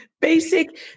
basic